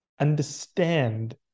understand